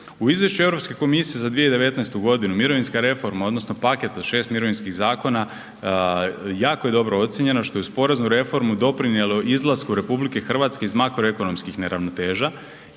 U izvješću Europske komisije za 2019. godinu mirovinska reforma odnosno paket sa 6 mirovinskih zakona jako je dobro ocijenjeno što je uz poreznu reformu doprinijelo izlasku RH iz makroekonomskih neravnoteža